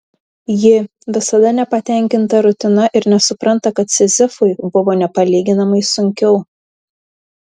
ji visada nepatenkinta rutina ir nesupranta kad sizifui buvo nepalyginamai sunkiau